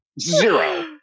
Zero